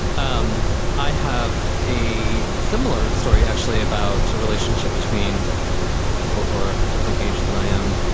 um i have a similar story actually about a relationship between people who are a different age than i am.